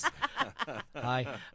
Hi